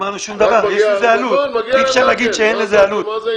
יש לזה עלות, אי אפשר להגיד שאין לזה עלות.